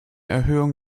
erhöhung